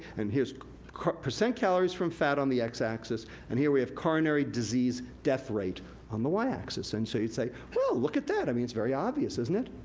and here's percent calories from fat on the x axis, and here we have coronary disease death rate on the y axis. and so you'd say, oh, look at that. i mean, it's very obvious, isn't it.